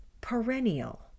perennial